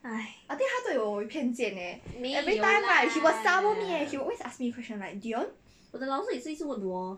没有 lah 我的老师也是一直问我